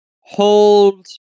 Hold